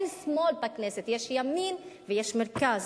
אין שמאל בכנסת, יש ימין ויש מרכז.